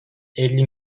elli